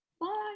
Bye